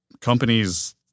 companies